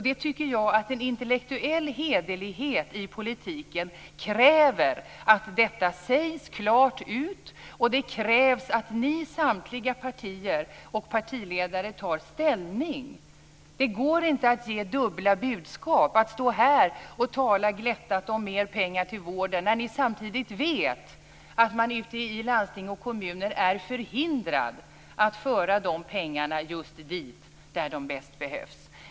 Jag tycker att en intellektuell hederlighet i politiken kräver att detta sägs klart ut, och det krävs att ni samtliga partier och partiledare tar ställning. Det går inte att ge dubbla budskap, att stå här och tala glättat om mer pengar till vården när ni samtidigt vet att man ute i landsting och kommuner är förhindrad att föra de pengarna just dit där de bäst behövs.